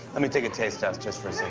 let me take a taste test just for so